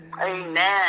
Amen